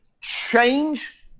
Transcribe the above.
Change